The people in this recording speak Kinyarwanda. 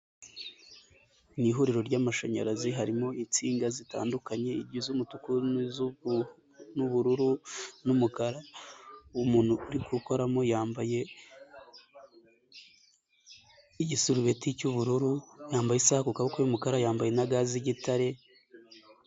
Mu ihuriro ry'amashanyarazi harimo insinga zitandukanye iz'umutuku n'ubururu n'umukara, umuntu urikuramo yambaye igisurubeti cy'ubururu, yambaye isaha ku kaboko y'umukara, yambaye na ga z'igitare.